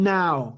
now